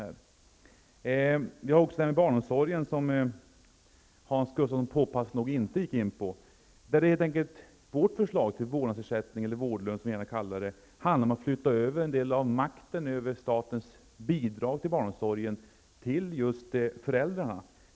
Hans Gustafsson gick påpassligt nog i sitt anförande inte in på frågor kring barnomsorgen. Vårt förslag till vårdnadsersättning eller vårdlön, som vi gärna kallar det, handlar om flytta över en del av makten över statens bidrag till barnomsorgen till just föräldrarna.